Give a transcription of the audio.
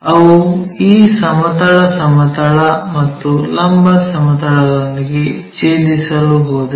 ಅವು ಈ ಸಮತಲ ಸಮತಲ ಮತ್ತು ಲಂಬ ಸಮತಲದೊಂದಿಗೆ ಛೇದಿಸಲು ಹೋದರೆ